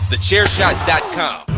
TheChairShot.com